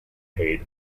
paid